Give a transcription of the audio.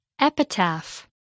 Epitaph